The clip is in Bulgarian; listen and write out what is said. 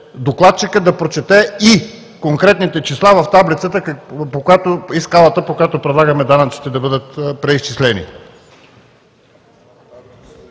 докладчик, да прочете и конкретните числа в таблицата, и скалата, по която предлагаме данъците да бъдат преизчислени.